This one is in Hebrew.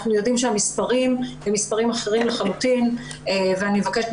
אנחנו יודעים שהמספרים הם מספרים אחרים לחלוטין ואני מבקשת